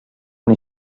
una